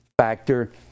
factor